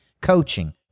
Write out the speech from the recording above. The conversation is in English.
coaching